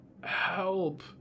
Help